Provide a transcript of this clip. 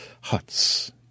huts